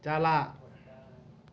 ᱪᱟᱞᱟᱜ